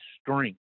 strength